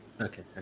Okay